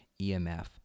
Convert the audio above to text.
EMF